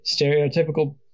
stereotypical